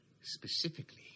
specifically